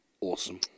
Awesome